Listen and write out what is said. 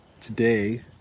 today